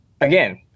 again